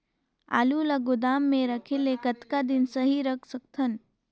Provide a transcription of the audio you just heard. आलू ल गोदाम म रखे ले कतका दिन सही रख सकथन?